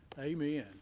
Amen